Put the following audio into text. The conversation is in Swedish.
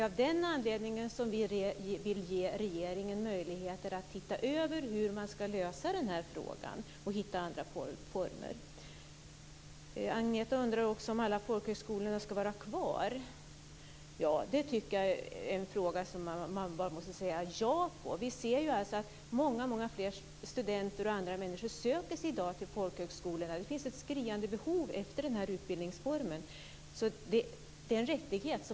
Av den anledningen vill vi ge regeringen möjligheter att se över frågan för att se hur den skall lösas och för att hitta andra former. Agneta undrar också om alla folkhögskolor skall vara kvar. Ja, det tycker jag är en fråga som man bara kan besvara med ett ja. Vi ser ju att långt fler studenter och andra i dag söker sig till folkhögskolorna. Det finns ett skriande behov av den här utbildningsformen. Den är en rättighet.